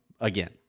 again